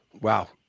wow